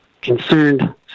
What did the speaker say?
concerned